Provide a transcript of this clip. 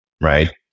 right